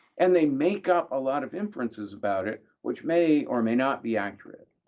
and they make up a lot of inferences about it, which may or may not be accurate.